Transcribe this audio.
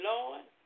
Lord